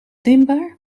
dimbaar